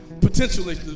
potentially